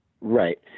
Right